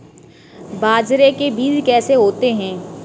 बाजरे के बीज कैसे होते हैं?